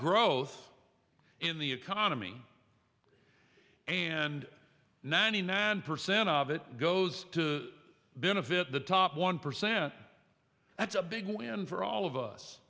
growth in the economy and ninety nine percent of it goes to benefit the top one percent that's a big win for all of us